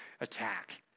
attack